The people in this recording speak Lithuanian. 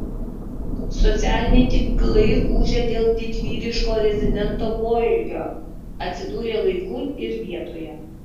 socialiniai tinklai ūžia dėl didvyriško rezidento poelgio atsidūrė laiku ir vietoje